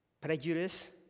prejudice